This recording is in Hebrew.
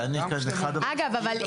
אגב,